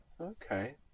Okay